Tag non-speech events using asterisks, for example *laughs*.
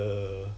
*laughs*